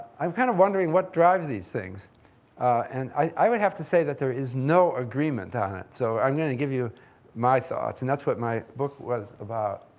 i'm kind of wondering what drives these things and i would have to say that there is no agreement on it, so i'm going to give you my thoughts, and that's what my book was about.